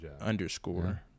underscore